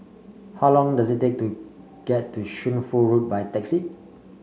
how long does it take to get to Shunfu Road by taxi